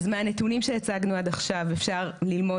אז מהנתונים שהצגנו עד עכשיו אפשר ללמוד